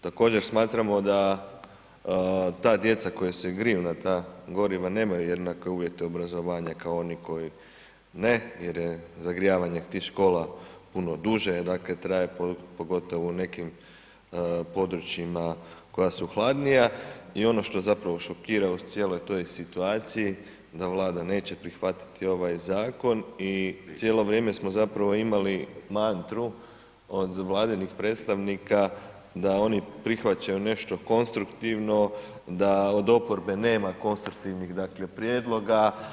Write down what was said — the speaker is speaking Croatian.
Također smatramo da ta djeca koja se i griju na ta goriva nemaju jednake uvjete obrazovanja kao oni koji ne, jer je zagrijavanje tih škola puno duže, dakle traje pogotovo u nekim područjima koja su hladnija i ono što zapravo šokira u cijeloj toj situaciji da Vlada neće prihvatiti ovaj zakon i cijelo vrijeme smo zapravo imali mantru od vladinih predstavnika d oni prihvaćaju nešto konstruktivno, da od oporbe nema konstruktivnih dakle prijedloga.